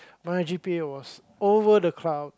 my G_P_A was over the clouds